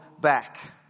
back